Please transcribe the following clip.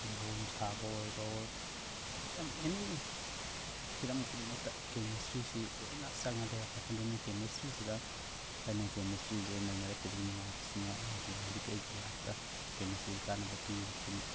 bomb ꯁꯥꯕ ꯑꯣꯏꯔꯣ ꯌꯥꯝ ꯑꯦꯅꯤ ꯍꯤꯔꯝ ꯈꯨꯗꯤꯡꯃꯛꯇ ꯀꯦꯃꯤꯁꯇ꯭ꯔꯤꯁꯤ ꯂꯣꯏꯅ ꯆꯪꯉ ꯂꯩꯔꯝꯃꯦ ꯑꯗꯨꯅ ꯀꯦꯃꯤꯁꯇ꯭ꯔꯤꯁꯤꯗ ꯑꯩꯅ ꯀꯦꯃꯤꯁꯇ꯭ꯔꯤꯁꯤꯗ ꯅꯩꯅꯔꯛꯈꯤꯕꯒꯤ ꯅꯨꯡꯉꯥꯏꯕꯁꯤꯅ ꯑꯩꯅ ꯍꯦꯟꯅ ꯍꯧꯖꯤꯛꯀꯤ ꯑꯩꯒꯤ ꯂꯥꯏꯕꯇ ꯀꯦꯃꯤꯁꯇ꯭ꯔꯤ ꯀꯥꯟꯅꯕ ꯄꯤ